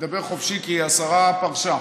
נדבר חופשי, כי השרה פרשה,